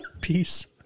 Peace